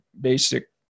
basic